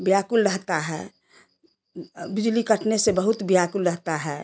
व्याकुल रहता है बिजली कटने से बहुत व्याकुल रहता है